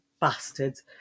bastards